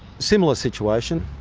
similar situation.